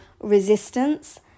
resistance